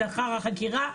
לאחר החקירה,